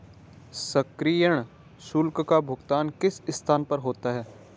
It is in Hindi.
सक्रियण शुल्क का भुगतान किस स्थान पर होता है?